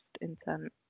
intent